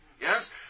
Yes